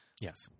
Yes